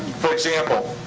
for example,